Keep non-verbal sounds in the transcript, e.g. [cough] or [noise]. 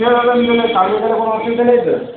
ঠিক আছে আমি তাহলে [unintelligible] কোনো অসুবিধা নেই তো